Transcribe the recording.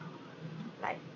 like